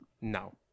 No